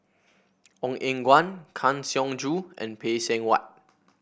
Ong Eng Guan Kang Siong Joo and Phay Seng Whatt